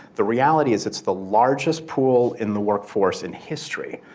the reality is it's the largest pool in the workforce in history.